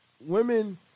women